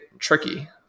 tricky